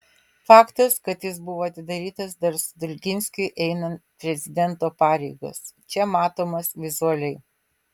faktas kad jis buvo atidarytas dar stulginskiui einant prezidento pareigas čia matomas vizualiai